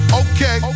okay